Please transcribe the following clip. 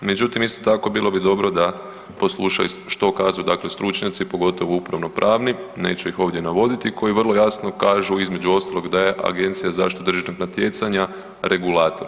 Međutim, isto tako bilo bi dobro da posluša što kažu dakle stručnjaci pogotovo upravno-pravni, neću ih ovdje navoditi, koji vrlo jasno kažu između ostalog da je Agencija za zaštitu tržišnog natjecanja regulator.